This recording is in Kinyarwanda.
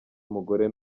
umugore